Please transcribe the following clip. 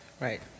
right